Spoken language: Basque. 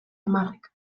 aimarrek